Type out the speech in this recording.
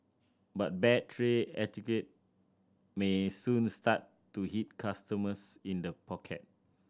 but bad tray etiquette may soon start to hit customers in the pocket